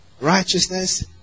Righteousness